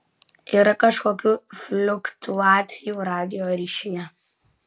yra kažkokių fliuktuacijų radijo ryšyje